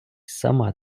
сама